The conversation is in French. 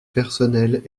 personnelle